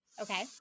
Okay